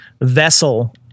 vessel